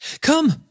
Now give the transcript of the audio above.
Come